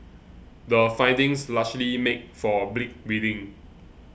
the findings largely make for bleak reading